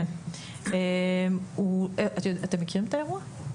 אתם מכירים את האירוע?